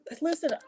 listen